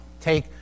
take